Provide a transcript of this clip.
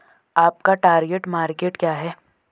आपका target market क्या है?